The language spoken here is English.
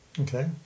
Okay